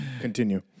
continue